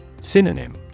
Synonym